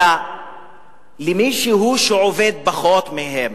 אלא למישהו שעובד פחות מהם.